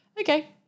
okay